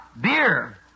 Beer